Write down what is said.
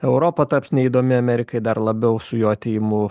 europa taps neįdomi amerikai dar labiau su jo atėjimu